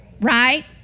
right